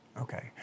okay